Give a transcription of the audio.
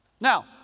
Now